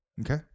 okay